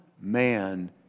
man